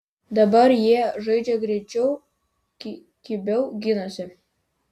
dabar jie žaidžia greičiau kibiau ginasi